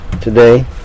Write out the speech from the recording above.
today